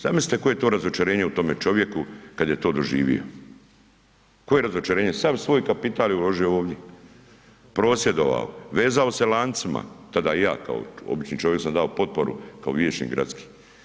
Zamislite koje je to razočarenje u tome čovjeku kad je to doživio, koje razočarenje, sav svoj kapital je uložio ovdje, prosvjedovao, vezao se lancima, tada i ja kao obični čovjek sam dao potporu kao vijećnik gradski.